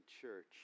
church